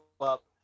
up